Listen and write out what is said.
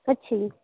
ਅੱਛਾ ਜੀ